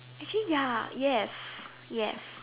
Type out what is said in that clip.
actually ya yes yes